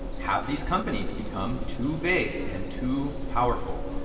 have these companies become too big and too powerful?